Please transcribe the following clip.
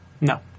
No